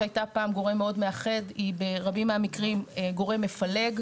שהייתה פעם גורם מאוד מאחד היא כיום ברבים מהמקרים גורם מפלג.